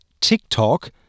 TikTok